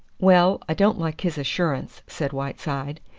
well, i don't like his assurance, said whiteside.